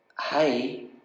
hey